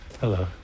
Hello